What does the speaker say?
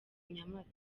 nyamata